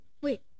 Wait